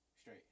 Straight